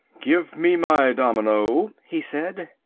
give me my domino, he said.